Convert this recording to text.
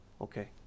okay